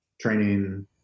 training